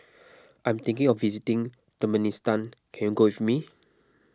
I am thinking of visiting Turkmenistan can you go with me